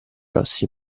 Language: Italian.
grossi